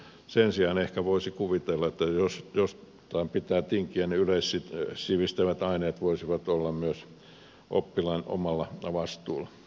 sen sijaan ehkä voisi kuvitella että jos jostain pitää tinkiä niin yleissivistävät aineet voisivat olla myös oppilaan omalla vastuulla